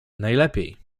najlepiej